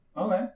Okay